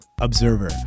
observer